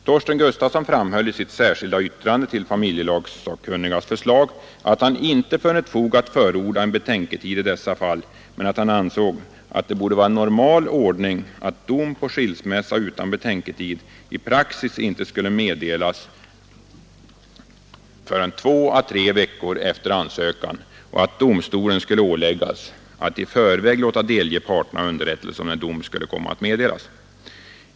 Torsten Gustafsson framhöll i sitt särskilda yttrande till familjelagssakkunnigas förslag att han inte funnit fog för att förorda en betänketid i dessa fall men att han ansåg att det borde vara en normal ordning att dom på skilsmässa utan betänketid i praxis inte skulle meddelas förrän två å tre veckor efter ansökan och att domstolen skulle åläggas att i förväg låta delge parterna underrättelse om när dom skulle komma att meddelas.